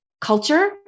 culture